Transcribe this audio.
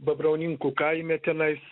babrauninkų kaime tenais